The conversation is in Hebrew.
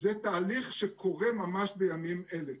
זה תהליך שקורה ממש בימים אלה.